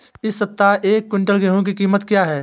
इस सप्ताह एक क्विंटल गेहूँ की कीमत क्या है?